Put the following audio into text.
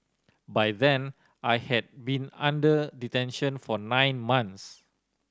by then I had been under detention for nine months